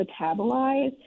metabolize